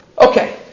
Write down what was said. Okay